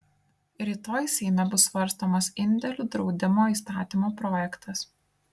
rytoj seime bus svarstomas indėlių draudimo įstatymo projektas